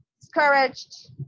discouraged